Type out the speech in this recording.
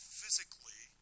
physically